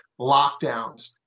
lockdowns